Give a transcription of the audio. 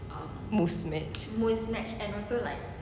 Muzmatch